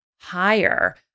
higher